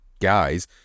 guys